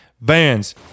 Vans